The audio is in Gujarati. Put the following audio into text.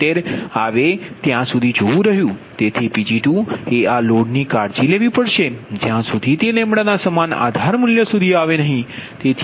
76 આવે ત્યાં સુધી જોવું રહ્યું તેથી Pg2 એ આ લોડ ની કાળજી લેવી પડશે જ્યાં સુધી તે ના સમાન આધાર મૂલ્ય સુધી આવે નહીં